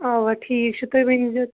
آ ٹھیٖک چھُ تُہۍ ؤنۍ زیٚو